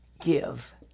give